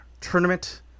Tournament